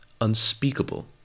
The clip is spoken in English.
unspeakable